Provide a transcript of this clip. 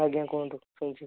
ଆଜ୍ଞା କୁହନ୍ତୁ ଶୁଣୁଛି